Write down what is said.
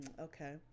Okay